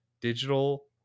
digital